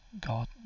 God